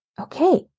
okay